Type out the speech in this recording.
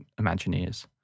Imagineers